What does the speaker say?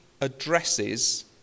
addresses